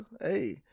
hey